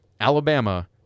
Alabama